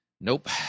Nope